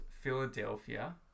Philadelphia